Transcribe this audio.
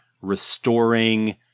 restoring